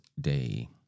day